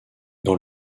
dans